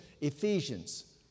Ephesians